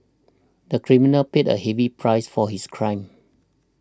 the criminal paid a heavy price for his crime